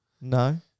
No